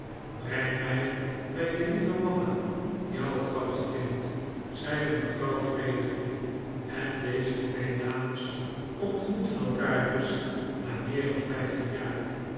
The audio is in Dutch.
breng mij bij je lieve mama jou grappig kind zeide mevrouw frederic en deze twee dames ontmoetten elkaar dus na meer dan vijftien jaar